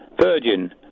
Virgin